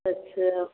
अच्छा